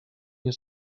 nie